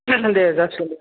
दे जासिगोन दे